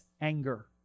anger